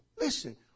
listen